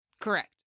Correct